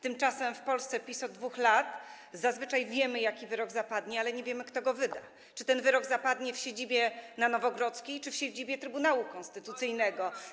Tymczasem w Polsce PiS-u od 2 lat zazwyczaj wiemy, jaki wyrok zapadnie, ale nie wiemy, kto go wyda, czy ten wyrok zapadnie w siedzibie na Nowogrodzkiej, czy w siedzibie Trybunału Konstytucyjnego.